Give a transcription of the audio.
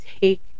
take